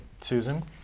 Susan